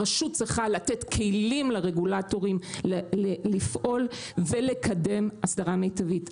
הרשות צריכה לתת כלים לרגולטורים לפעול ולקדם אסדרה מיטבית.